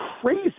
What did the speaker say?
crazy